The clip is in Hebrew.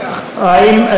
אני מוריד את ההסתייגויות.